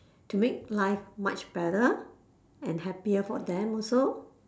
to make life much better and happier for them also